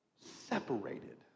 separated